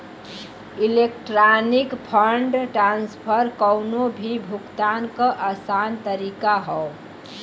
electronic fund transfer कउनो भी भुगतान क आसान तरीका हौ